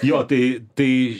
jo tai tai